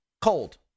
Cold